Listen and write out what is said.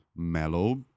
mellow